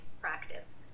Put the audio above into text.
practice